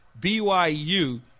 BYU